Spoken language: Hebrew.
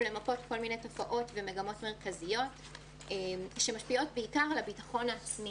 למפות כל מיני תופעות ומגמות מרכזיות המשפיעות בעיקר על ביטחון עצמי.